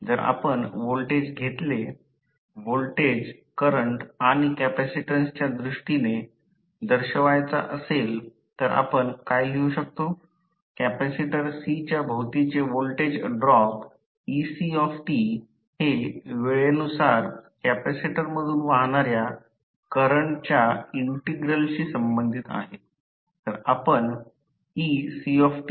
जर आपण व्होल्टेज घेतले व्होल्टेज करंट आणि कॅपेसिटन्सच्या दृष्टीने दर्शवयचा असेल तर आपण काय लिहू शकतो कॅपेसिटर C च्या भोवतीचे व्होल्टेज ड्रॉप ect हे वेळेनुसार कॅपेसिटर मधून वाहणाऱ्या करंटच्या ईंटिग्रलशी संबंधीत आहे